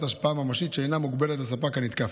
השפעה ממשית שאינה מוגבלת לספק הנתקף,